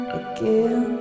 again